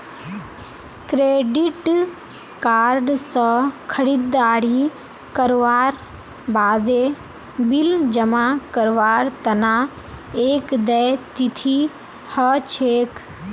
credit card स खरीददारी करवार बादे बिल जमा करवार तना एक देय तिथि ह छेक